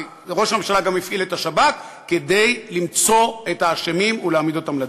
וראש הממשלה גם יפעיל את השב"כ כדי למצוא את האשמים ולהעמיד אותם לדין.